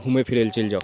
घुमै फिरै लए चलि जाउ